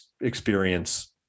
experience